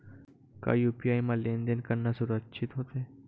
का यू.पी.आई म लेन देन करना सुरक्षित होथे?